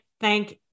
Thank